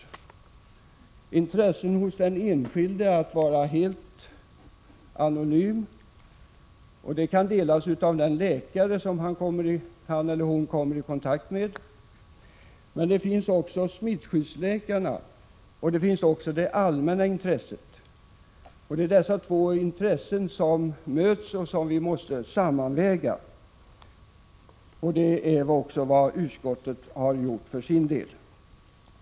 Det handlar å ena sidan om intresset hos den enskilde att vara helt anonym, och det intresset kan delas av den läkare som han eller hon kommer i kontakt med. Men å andra sidan finns också smittskyddsläkarnas intresse och det allmänna intresset. Det är dessa två intressen som möts och som vi måste sammanväga. Det är också vad utskottet har gjort.